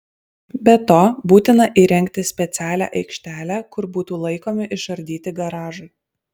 be to būtina įrengti specialią aikštelę kur būtų laikomi išardyti garažai